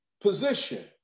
position